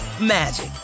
magic